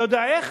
אתה יודע איך?